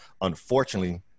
unfortunately